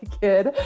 kid